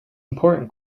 important